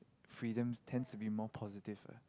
freedom tends to be more positive ah